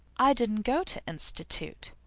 i didn't go to institute,